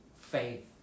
faith